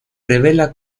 revela